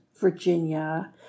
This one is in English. Virginia